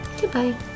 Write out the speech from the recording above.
Goodbye